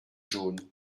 jaunes